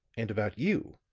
and about you.